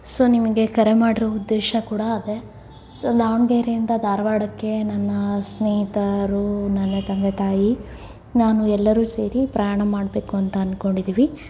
so ನಿಮಗೆ ಕರೆ ಮಾಡಿರೋ ಉದ್ದೇಶ ಕೂಡ ಅದೇ ಸೊ ದಾವಣಗೆರೆಯಿಂದ ಧಾರವಾಡಕ್ಕೆ ನನ್ನ ಸ್ನೇಹಿತರು ನನ್ನ ತಂದೆ ತಾಯಿ ನಾನು ಎಲ್ಲರೂ ಸೇರಿ ಪ್ರಯಾಣ ಮಾಡ್ಬೇಕು ಅಂತ ಅಂದ್ಕೊಂಡಿದ್ದೀವಿ